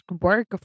work